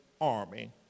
army